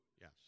yes